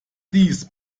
dies